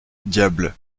diable